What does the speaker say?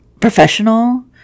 professional